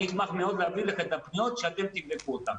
אשמח מאוד להעביר אליך את הפניות כדי שאתם תבדקו אתם.